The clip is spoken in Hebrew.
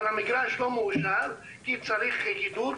אבל המגרש לא מאושר כי צריך גידור,